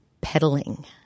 peddling